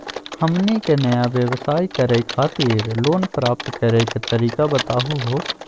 हमनी के नया व्यवसाय करै खातिर लोन प्राप्त करै के तरीका बताहु हो?